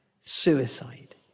suicide